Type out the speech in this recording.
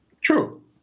True